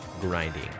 grinding